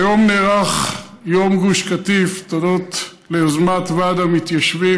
היום נערך יום גוש קטיף תודות ליוזמת ועד המתיישבים,